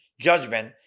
judgment